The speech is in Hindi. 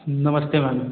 नमस्ते मैम